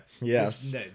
Yes